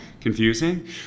confusing